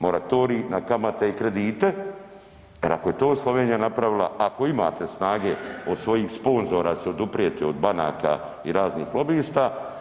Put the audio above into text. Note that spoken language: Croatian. Moratorij na kamate i kredite jer ako je to Slovenija napravila, ako imate snage od svojih sponzora se oduprijeti, od banaka i raznih lobista.